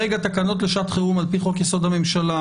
חוק יסוד: הממשלה,